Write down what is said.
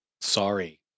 Sorry